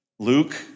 Luke